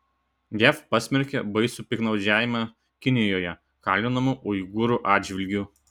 jav pasmerkė baisų piktnaudžiavimą kinijoje kalinamų uigūrų atžvilgiu